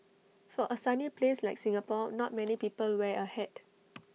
for A sunny place like Singapore not many people wear A hat